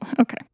okay